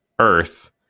Earth